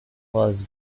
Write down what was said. was